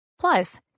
plus